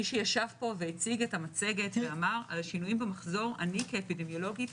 מי שישב פה והציג את המצגת ואמר על השינויים במחזור אני כאפידמיולוגית